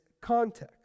context